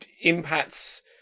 impacts